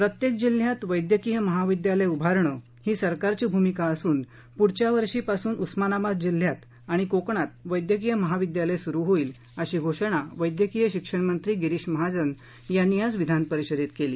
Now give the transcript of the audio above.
प्रत्येक जिल्ह्यात वैद्यकीय महाविद्यालय उभारणं ही सरकारची भूमिका असून पुढच्यावर्षी पासून उस्मानाबाद जिल्ह्यात आणि कोकणात वैद्यकीय महाविद्यालय सुरू होईल अशी घोषणा वैद्यकीय शिक्षण मंत्री गिरीश महाजन यांनी आज विधानपरिषदेत केली